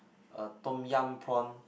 uh Tom-Yum Prawn